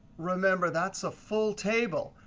remember, that's a full table.